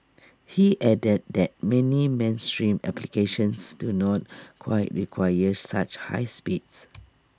he added that many mainstream applications do not quite require such high speeds